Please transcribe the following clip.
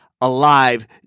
alive